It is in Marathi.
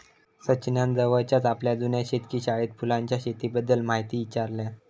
सचिनान जवळच्याच आपल्या जुन्या शेतकी शाळेत फुलांच्या शेतीबद्दल म्हायती ईचारल्यान